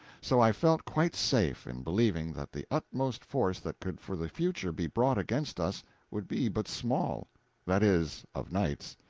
so i felt quite safe in believing that the utmost force that could for the future be brought against us would be but small that is, of knights.